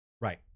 right